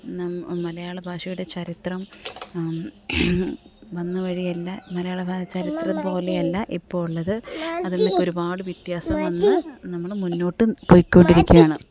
മലയാള ഭാഷയുടെ ചരിത്രം വന്ന വഴിയല്ല മലയാള ചരിത്രം പോലെയല്ല ഇപ്പോൾ ഉള്ളത് അതിനൊക്കെ ഒരുപാട് വ്യത്യാസം വന്ന് നമ്മൾ മുന്നോട്ടും പോയിക്കൊണ്ടിരിക്കുകയാണ്